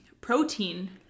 protein